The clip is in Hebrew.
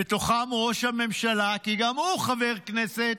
ובתוכם ראש הממשלה, כי גם הוא חבר כנסת,